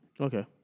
Okay